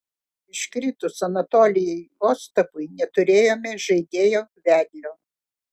iškritus anatolijui ostapui neturėjome žaidėjo vedlio